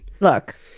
Look